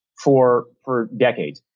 for for decades.